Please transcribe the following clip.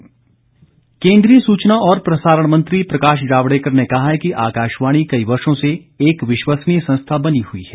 प्रकाश जावड़ेकर केन्द्रीय सूचना और प्रसारण मंत्री प्रकाश जावडेकर ने कहा है कि आकाशवाणी कई वर्षो से एक विश्वसनीय संस्था बनी हुई है